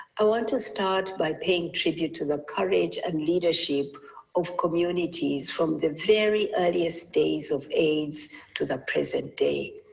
i want to start by paying tribute to the courage and leadership of communities form the very earliest days of aids to the present day.